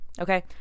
Okay